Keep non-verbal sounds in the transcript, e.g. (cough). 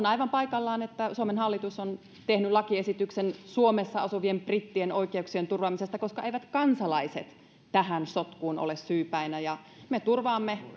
(unintelligible) aivan paikallaan että suomen hallitus on tehnyt lakiesityksen suomessa asuvien brittien oikeuksien turvaamisesta koska eivät kansalaiset tähän sotkuun ole syypäinä ja me turvaamme (unintelligible)